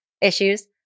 issues